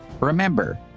Remember